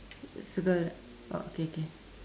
circle oh K K